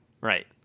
right